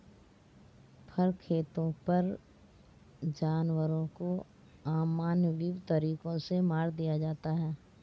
फर खेतों पर जानवरों को अमानवीय तरीकों से मार दिया जाता है